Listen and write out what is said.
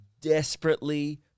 desperately